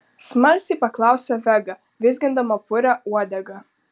smalsiai paklausė vega vizgindama purią uodegą